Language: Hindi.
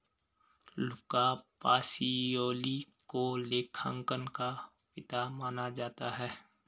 लुका पाशियोली को लेखांकन का पिता माना जाता है